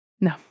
No